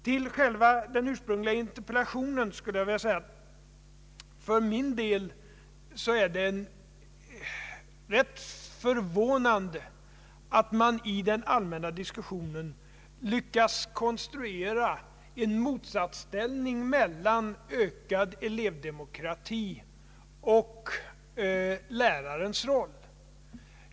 Beträffande den ursprungliga interpellationen skulle jag vilja säga att jag för min del finner det rätt förvånande att man i den allmänna diskussionen lyckas konstruera en motsatsställning mellan ökad elevdemokrati och lärarens roll.